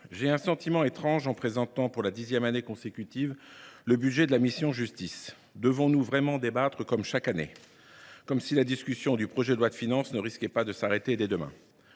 j’ai un sentiment étrange en présentant, pour la dixième année consécutive, le budget de la mission « Justice »: devons nous vraiment débattre comme nous le faisons chaque année, comme si la discussion du projet de loi de finances ne risquait pas de s’arrêter dès demain ?